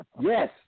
Yes